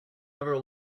never